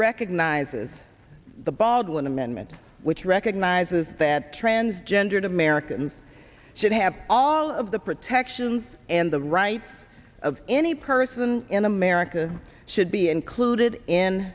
recognizes the baldwin amendment which recognizes that transgendered americans should have all of the protections and the rights of any person in america should be included in